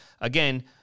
again